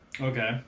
okay